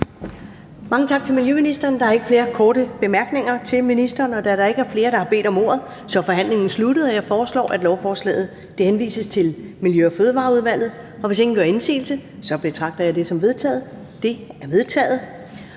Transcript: Mange tak til miljøministeren. Der er ikke flere korte bemærkninger til ministeren. Og da der ikke er flere, der har bedt om ordet, er forhandlingen sluttet. Jeg foreslår, at lovforslaget henvises til Miljø- og Fødevareudvalget. Hvis ingen gør indsigelse, betragter jeg det som vedtaget. Det er vedtaget.